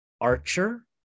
Archer